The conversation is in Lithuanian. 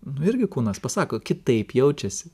nu irgi kūnas pasako kitaip jaučiasi